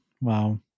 Wow